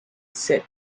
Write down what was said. said